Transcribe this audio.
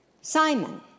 Simon